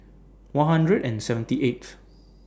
one hundred and seventy eighth